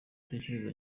atekereza